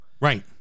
Right